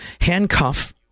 handcuff